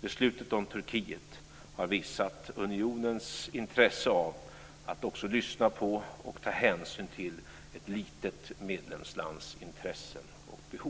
Beslutet om Turkiet har visat unionens intresse av att också lyssna på och ta hänsyn till ett litet medlemslands intressen och behov.